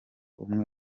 umwe